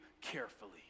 carefully